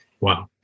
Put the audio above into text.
Wow